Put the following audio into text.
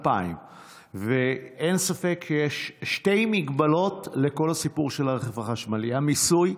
2,000. אין ספק שיש שתי מגבלות לכל הסיפור של הרכב החשמל: המיסוי,